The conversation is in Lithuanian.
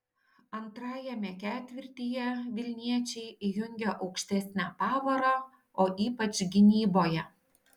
antrajame ketvirtyje vilniečiai įjungė aukštesnę pavarą o ypač gynyboje